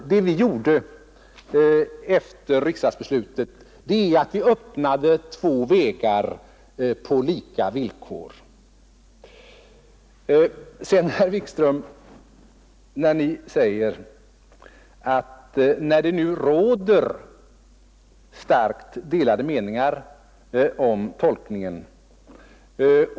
Och det vi gjorde efter riksdagsbeslutet var att vi öppnade två olika vägar på lika villkor. Herr Wikström säger att det nu råder starkt delade meningar om tolkningen.